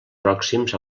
pròxims